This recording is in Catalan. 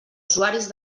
usuaris